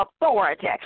authority